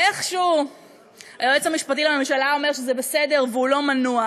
ואיכשהו היועץ המשפטי לממשלה אומר שזה בסדר והוא לא מנוע.